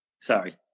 Sorry